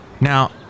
Now